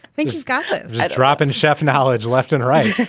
thank you, scott. let's drop in. chef knowledge left and right.